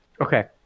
okay